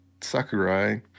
sakurai